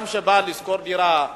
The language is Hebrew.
אדם שבא לשכור דירה,